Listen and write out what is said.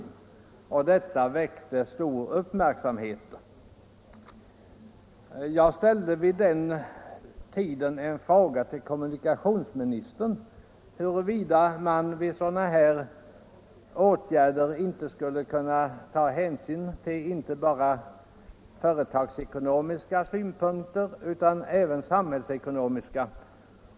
Detta väckte stor uppmärksamhet. Jag ställde vid den tiden en fråga till kommunikationsministern huruvida man i sådana här fall borde ta hänsyn inte bara till företagsekonomiska synpunkter utan även till samhällsekonomiska.